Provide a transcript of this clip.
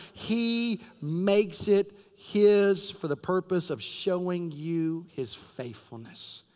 he makes it his for the purpose of showing you his faithfulness.